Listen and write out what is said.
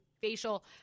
facial